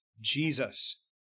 Jesus